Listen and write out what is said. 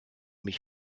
mich